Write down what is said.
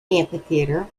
amphitheater